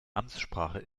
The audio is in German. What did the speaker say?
amtssprache